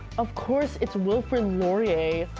of course it's wilfred laurier.